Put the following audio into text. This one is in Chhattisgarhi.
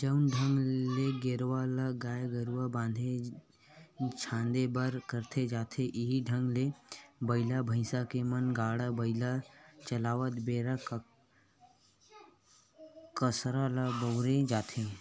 जउन ढंग ले गेरवा ल गाय गरु बांधे झांदे बर करे जाथे इहीं ढंग ले बइला भइसा के म गाड़ा बइला चलावत बेरा कांसरा ल बउरे जाथे